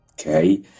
Okay